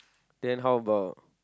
then how about